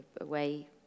away